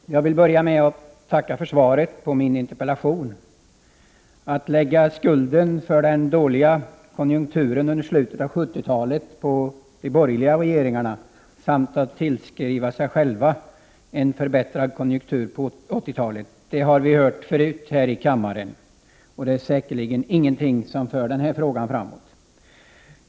Herr talman! Jag vill börja med att tacka för svaret på min interpellation. Att man lägger skulden för den dåliga konjunkturen under slutet av 70-talet på de borgerliga regeringarna och tillskriva sig själv äran av en förbättrad konjunktur på 80-talet har vi hört förut här i kammaren. Detta är säkerligen ingenting som för den här frågan framåt.